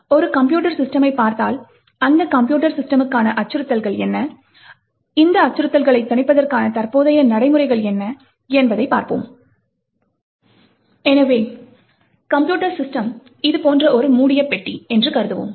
ஒரு கம்ப்யூட்டர் சிஸ்டம்மை பார்த்தால் அந்த கம்ப்யூட்டர் சிஸ்டம்முக்கான அச்சுறுத்தல்கள் என்ன இந்த அச்சுறுத்தல்களைத் தணிப்பதற்கான தற்போதைய நடைமுறைகள் என்ன என்பதை பார்ப்போம் எனவே கம்ப்யூட்டர் சிஸ்டம் இது போன்ற ஒரு மூடிய பெட்டி என்று கருதுவோம்